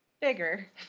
Bigger